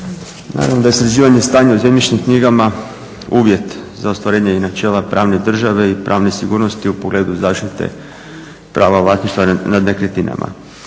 Naravno da je sređivanje stanja u zemljišnim knjigama uvjet za ostvarenje i načela pravne države i pravne sigurnosti u pogledu zaštite prava vlasništva nad nekretninama.